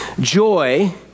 Joy